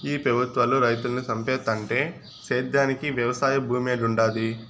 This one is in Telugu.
ఈ పెబుత్వాలు రైతులను సంపేత్తంటే సేద్యానికి వెవసాయ భూమేడుంటది